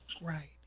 Right